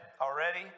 already